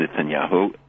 Netanyahu